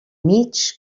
mig